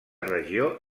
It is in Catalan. regió